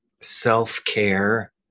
self-care